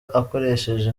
akoresheje